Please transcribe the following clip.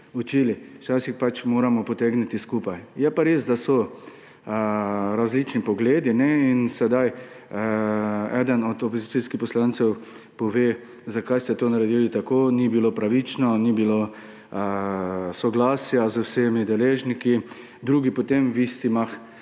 učili. Včasih pač moramo stopiti skupaj. Je pa res, da so različni pogledi, in sedaj eden od opozicijskih poslancev pove, zakaj ste to naredili tako, ni bilo pravično, ni bilo soglasja z vsemi deležniki, drugi potem na isti mah,